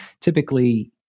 typically